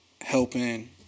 helping